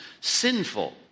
sinful